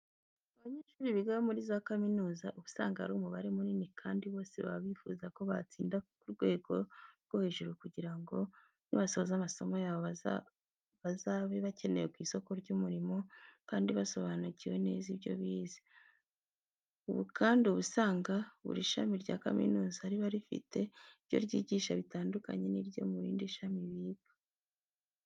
Abanyeshuri biga muri za kaminuza, uba usanga ari umubare munini kandi bose baba bifuza ko batsinda ku rwego rwo hejuru kugira ngo nibasoza amasomo yabo bazabe bakenewe ku isoko ry'umurimo, kandi basobanukiwe neza ibyo bize. Ubu kandi uba usanga buri shami rya kaminuza riba rifite ibyo ryigisha bitandukanye n'ibyo murindi shami biga.